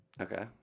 Okay